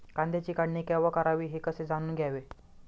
कांद्याची काढणी केव्हा करावी हे कसे जाणून घ्यावे?